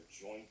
joint